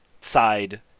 side